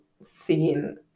seen